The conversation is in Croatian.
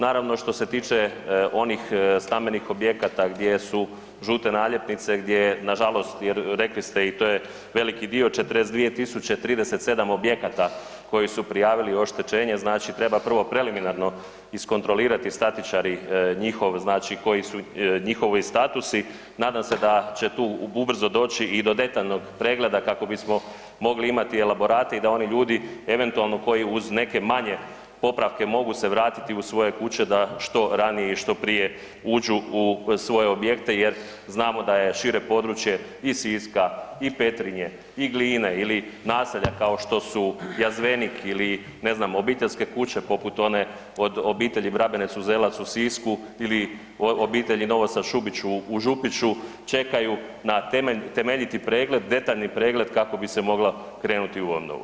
Naravno, što se tiče onih stambenih objekata gdje su žute naljepnice gdje nažalost rekli ste i to je veliki dio 42.037 objekata koji su prijavili oštećenje, treba prvo preliminarno iskontrolirati statičari njihov koji su njihovi statusi, nadam se da će tu ubrzo doći i do detaljnog pregleda kako bismo mogli imati elaborate i da oni ljudi eventualno koji uz neke manje popravke mogu se vratiti u svoje kuće da što ranije i što prije uđu u svoje objekte jer znamo da je šire područje i Siska i Petrinje i Gline ili naselja kao što su Jazvenik ili ne znam obiteljske kuće poput one od obitelji Vrabenec, Uzelac u Sisku ili obitelji Novosel, Šubić u Župiću čekaju na temeljiti, detaljni pregled kako bi se moglo krenuti u obnovu.